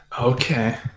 okay